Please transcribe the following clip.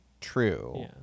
true